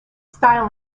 style